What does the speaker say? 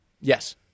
Yes